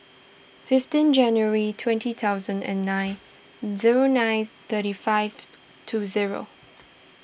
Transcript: fifteen January twenty thousand and nine zero nine thirty five two zero